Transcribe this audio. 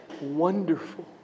wonderful